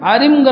Arim